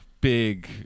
big